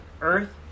Earth